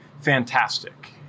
fantastic